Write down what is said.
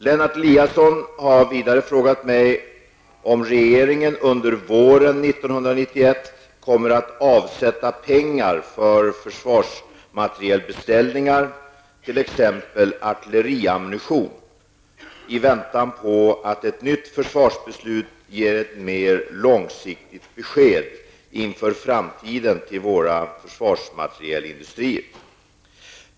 Lennart Eliasson har vidare frågat mig om regeringen under våren 1991 kommer att avsätta pengar för försvarsmaterielbeställningar, t.ex. artilleriammunition, i väntan på att ett nytt försvarsbeslut ger ett mer långsiktigt besked inför framtiden till våra försvarsmaterielindustrier.